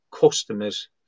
customers